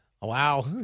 Wow